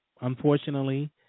unfortunately